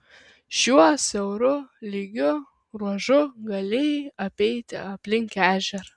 šiuo siauru lygiu ruožu galėjai apeiti aplink ežerą